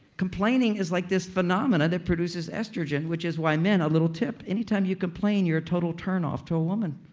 complaining is like this phenomenon that produces estrogen, which is why. men, a little tip. anytime you complain, you're a total turn off to a woman.